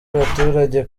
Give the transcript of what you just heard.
abaturage